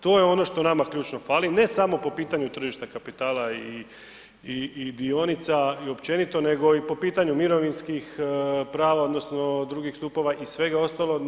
To je ono što što nama ključno fali, ne samo po pitanju tržišta kapitala i dionica i općenito nego i po pitanju mirovinskih prava odnosno drugih stupova i svega ostalog.